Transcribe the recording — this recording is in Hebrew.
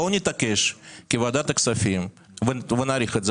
בואו נתעקש כוועדת הכספים ונאריך את זה